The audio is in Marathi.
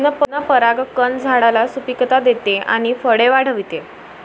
पूर्ण परागकण झाडाला सुपिकता देते आणि फळे वाढवते